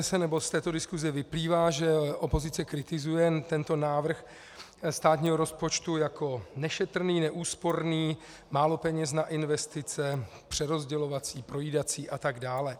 Z této diskuse vyplývá, že opozice kritizuje tento návrh státního rozpočtu jako nešetrný, neúsporný, málo peněz na investice, přerozdělovací, projídací a tak dále.